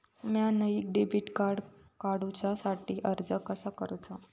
म्या नईन debit card काडुच्या साठी अर्ज कसा करूचा?